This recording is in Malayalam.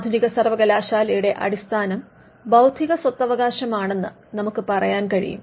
ആധുനിക സർവകലാശാലയുടെ അടിസ്ഥാനം ബൌദ്ധിക സ്വത്തവകാശം ആണെന്ന് നമുക്ക് പറയാൻ കഴിയും